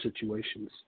situations